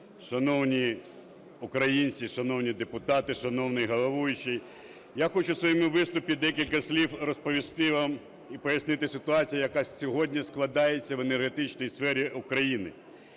Шановні українці, шановні депутати, шановний головуючий! Я хочу у своєму виступі декілька слів розповісти вам і пояснити ситуацію, яка сьогодні складається в енергетичній сфері України.